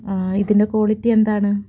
ആ ഇതിൻ്റെ ക്വാളിറ്റി എന്താണ്